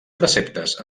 preceptes